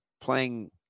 playing